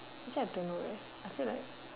actually I don't know leh I feel like